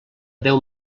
deu